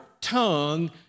tongue